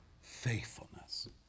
faithfulness